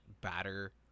batter